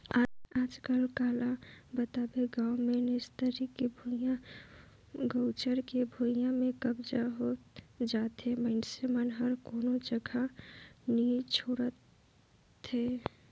आजकल काला बताबे गाँव मे निस्तारी के भुइयां, गउचर के भुइयां में कब्जा होत जाथे मइनसे मन ह कोनो जघा न नइ छोड़त हे